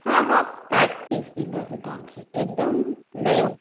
हा हा pack piece ॾींदासीं तव्हां खे एकदम नयों